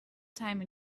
time